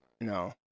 No